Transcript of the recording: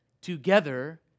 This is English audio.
together